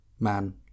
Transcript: Man